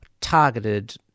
targeted